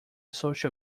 social